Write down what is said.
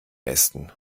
besten